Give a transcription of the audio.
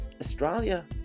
Australia